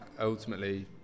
ultimately